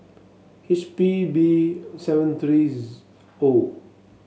H P B seven three O